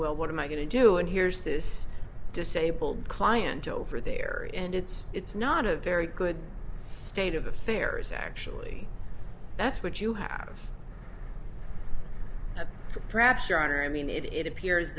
well what am i going to do and here's this disabled client over there and it's it's not a very good state of affairs actually that's what you have for perhaps your honor i mean it it appears